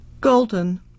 Golden